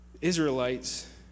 Israelites